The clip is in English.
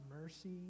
mercy